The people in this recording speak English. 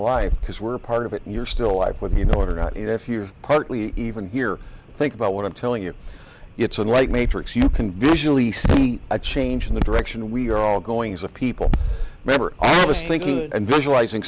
alive because we're part of it and you're still alive when you know it or not if you're partly even here think about what i'm telling you it's unlike matrix you can visually see a change in the direction we're all going as a people member i was thinking and visualizing